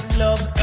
love